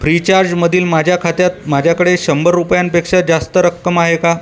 फ्रीचार्जमधील माझ्या खात्यात माझ्याकडे शंभर रुपयांपेक्षा जास्त रक्कम आहे का